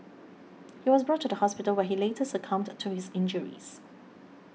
he was brought to the hospital where he later succumbed to his injuries